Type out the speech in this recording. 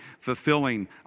fulfilling